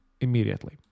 immediately